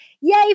Yay